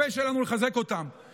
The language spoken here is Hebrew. לחזק אותם בפה שלנו.